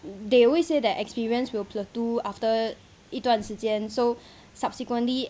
they always say that experience will plateau after 一段时间 so subsequently